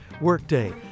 Workday